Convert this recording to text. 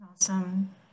Awesome